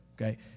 Okay